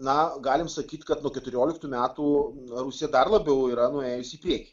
na galim sakyt kad nuo keturioliktų metų rusija dar labiau yra muėjus į priekį